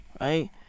right